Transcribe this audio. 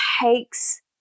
takes